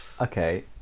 Okay